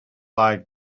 like